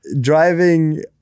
driving